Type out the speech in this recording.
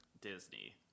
Disney